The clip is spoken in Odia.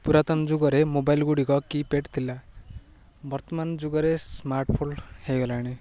ପୁରାତନ ଯୁଗରେ ମୋବାଇଲ ଗୁଡ଼ିକ କି ପ୍ୟାଡ଼୍ ଥିଲା ବର୍ତ୍ତମାନ ଯୁଗରେ ସ୍ମାର୍ଟ ଫୋନ ହେଇଗଲାଣି